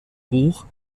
buch